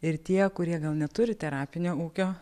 ir tie kurie gal neturi terapinio ūkio